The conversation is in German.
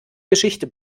geschichte